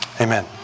Amen